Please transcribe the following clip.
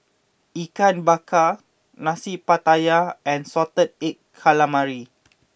Ikan Bakar Nasi Pattaya and Salted Egg Calamari